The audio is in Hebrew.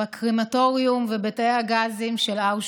בקרמטוריום ובתאי הגזים של אושוויץ,